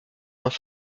moins